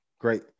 Great